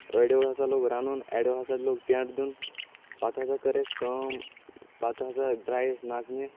اڑٮ۪و ہسا لوگ رنُن اڑٮ۪و ہسا لوگ ٹینٹ دِیُن پتہٕ ہسا کٔر اسہِ کٲم پتہٕ ہسا درٛاے أسۍ نژنہِ